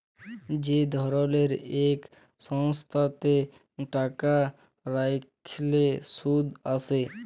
যে ধরলের ইক সংস্থাতে টাকা রাইখলে সুদ আসে